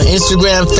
Instagram